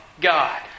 God